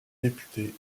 députés